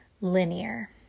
linear